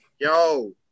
Yo